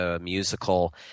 musical